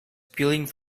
peeling